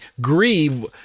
grieve